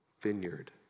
vineyard